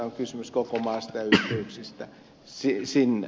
on kysymys koko maasta ja yhteyksistä sinne